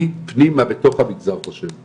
אני פנימה בתוך המגזר חושב,